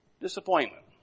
Disappointment